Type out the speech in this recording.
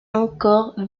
encore